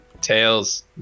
tails